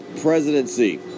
presidency